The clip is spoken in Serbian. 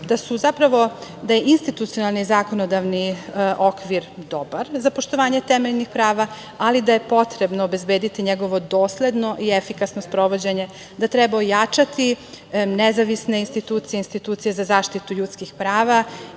prava, da je institucionalni zakonodavni okvir dobar za poštovanje temeljnih prava, ali da je potrebno obezbediti njegovo dosledno i efikasno sprovođenje, da treba ojačati nezavisne institucije za zaštitu ljudskih prava